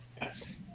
Yes